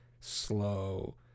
slow